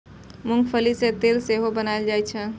मूंंगफली सं तेल सेहो बनाएल जाइ छै